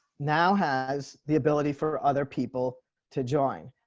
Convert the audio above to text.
now has the ability for other people to join.